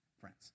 friends